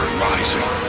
rising